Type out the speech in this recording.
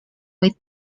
with